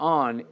on